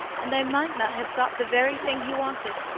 and i might not have got the very thing he wanted.